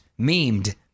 memed